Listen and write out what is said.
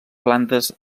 plantes